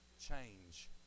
change